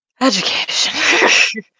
Education